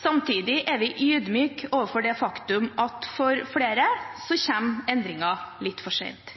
Samtidig er vi ydmyke overfor det faktum at for flere så kommer endringen litt for sent.